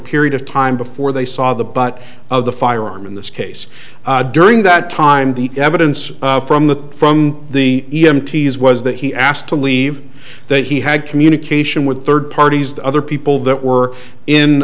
period of time before they saw the butt of the firearm in this case during that time the evidence from the from the e m t is was that he asked to leave that he had communication with third parties the other people that were